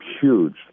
huge